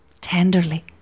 tenderly